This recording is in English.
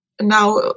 now